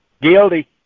guilty